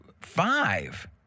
Five